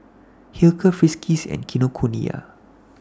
Hilker Friskies and Kinokuniya